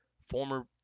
former